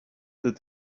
that